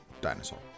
dinosaur